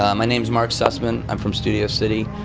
um my name's mark sussman. i'm from studio city.